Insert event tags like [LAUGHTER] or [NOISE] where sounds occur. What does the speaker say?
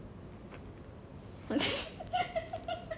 [LAUGHS]